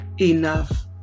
enough